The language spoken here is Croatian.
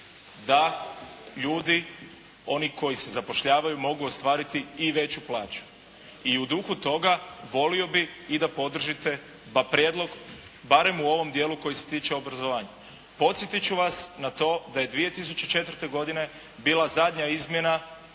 da ljudi oni koji se zapošljavaju mogu ostvariti i veću plaću. I u duhu toga volio bih da podržite prijedlog barem u ovom dijelu koji se tiče obrazovanja. Podsjetit ću vas na to da je 2004. godine bila zadnja izmjena